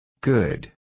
Good